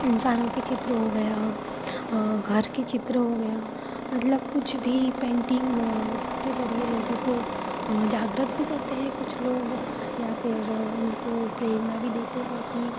इंसानों के चित्र हो गए घर का चित्र हो गया मतलब कुछ भी पेंटिंग के ज़रिए लोगों को जागृत भी करते हैं कुछ लोग या फिर उनको प्रेरणा भी देते हैं कि